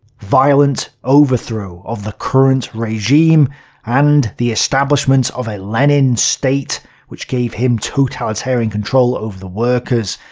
violent overthrow of the current regime and the establishment of a lenin-state which gave him totalitarian control over the workers,